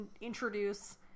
introduce